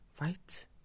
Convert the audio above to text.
right